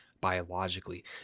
biologically